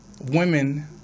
women